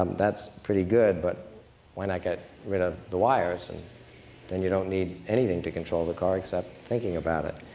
um that's pretty good, but why not get rid of the wires? and then you don't need anything to control the car, except thinking about it.